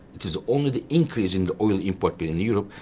it is only the increase in the oil import bill in europe,